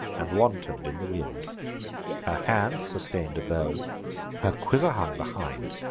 and wanton'd in the wind her hand sustain'd a bow her quiver hung behind.